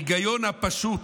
ההיגיון הפשוט,